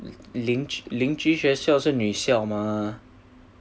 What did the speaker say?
邻居学校是女校嘛